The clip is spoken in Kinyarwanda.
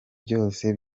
byose